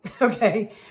Okay